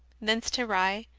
thence to rye,